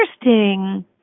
interesting